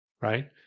right